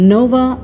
Nova